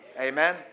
Amen